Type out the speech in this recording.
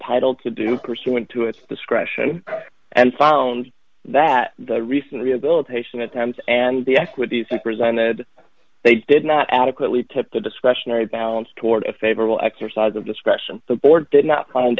title to do pursuant to its discretion and found that the recent rehabilitation at times and the equities presented they did not adequately tip the discretionary balance toward a favorable exercise of discretion the board did not find